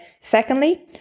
secondly